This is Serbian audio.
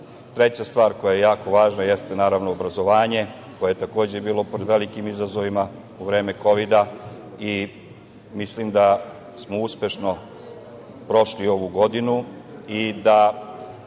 dalje. Treća stvar koja je jako važna jeste, naravno, obrazovanje, koje je takođe bilo pod velikim izazovima u vreme kovida i mislim da smo uspešno prošli ovu godinu i da